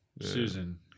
Susan